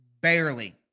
barely